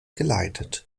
geleitet